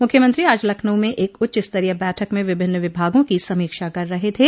मुख्यमंत्री आज लखनऊ में एक उच्चस्तरीय बैठक में विभिन्न विभागों की समीक्षा कर रहे थे